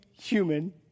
human